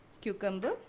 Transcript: cucumber